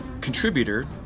contributor